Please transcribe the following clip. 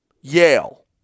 Yale